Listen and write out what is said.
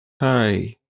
Hi